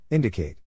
Indicate